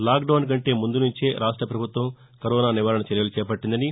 lockdown కంటే ముందు నుంచే రాష్ట ప్రభుత్వం కరోనా నివారణ చర్యలు చేపట్టిందని